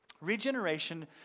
Regeneration